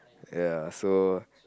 ya so